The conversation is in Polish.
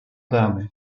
damy